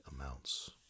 amounts